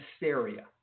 hysteria